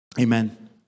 Amen